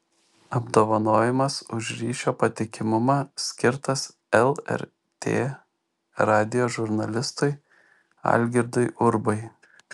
apdovanojimas už ryšio patikimumą skirtas lrt radijo žurnalistui algirdui urbai